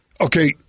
Okay